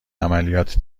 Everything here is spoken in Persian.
عملیات